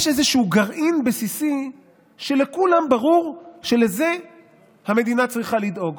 יש איזשהו גרעין בסיסי שלכולם ברור שלזה המדינה צריכה לדאוג.